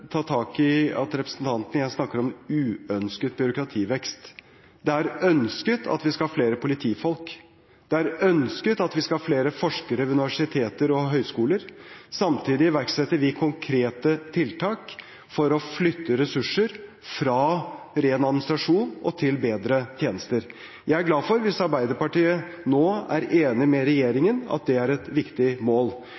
ta tak i at representanten igjen snakker om uønsket byråkrativekst. Det er ønsket at vi skal ha flere politifolk. Det er ønsket at vi skal ha flere forskere ved universiteter og høyskoler. Samtidig iverksetter vi konkrete tiltak for å flytte ressurser fra ren administrasjon til bedre tjenester. Jeg er glad hvis Arbeiderpartiet nå er enig med